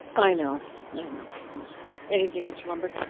i know i know know anything mr. lundberg?